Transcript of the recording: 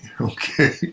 okay